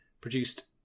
produced